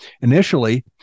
Initially